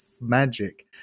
magic